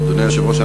אדוני היושב-ראש,